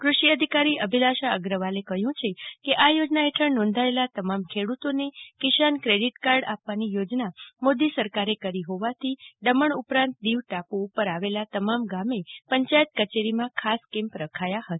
ક્રષિ અધિકારી અભિલાષા અગ્રવાલે કહ્યું છે કે આ યોજના હેઠળ નોંધાયેલા તમામ ખેડૂતને કિસાન કેડિટ કાર્ડ આપવાની જાહેરાત મોદી સરકારે કરી હોવાથી દમણ ઉપરાંત દીવ ટાપુ ઉપર આવેલા તમામ ગામે પંચાયત કચેરીમાં ખાસ કેમ્પ રખાયા હતા